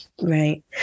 right